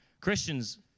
Christians